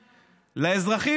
האזרחים,